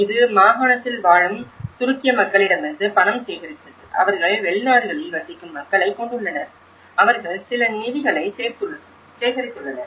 இது மாகாணத்தில் வாழும் துருக்கிய மக்களிடமிருந்து பணம் சேகரித்தது அவர்கள் வெளிநாடுகளில் வசிக்கும் மக்களைக் கொண்டுள்ளனர் அவர்கள் சில நிதிகளைச் சேகரித்துள்ளனர்